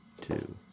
Two